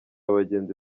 abagenzi